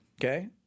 Okay